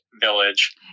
village